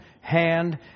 hand